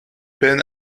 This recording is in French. peine